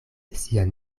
sian